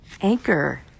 Anchor